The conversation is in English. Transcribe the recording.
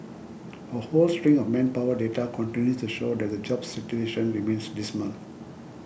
a whole string of manpower data continues to show that the jobs situation remains dismal